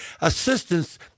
assistance